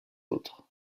autres